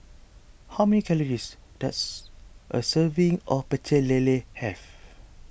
how many calories does a serving of Pecel Lele have